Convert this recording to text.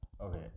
okay